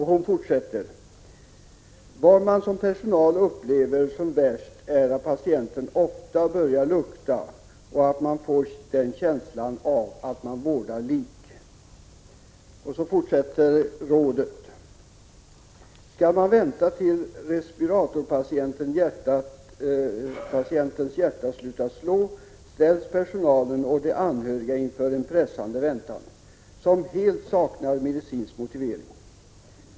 Hon fortsätter: "Vad man som personal upplever som värst är att patienten ofta börjar lukta och man får den känslan att man vårdar lik.” Skall man vänta till respiratorpatientens hjärta slutat slå, ställs personalen och de anhöriga inför en pressande väntan, som helt saknar medicinsk motivering.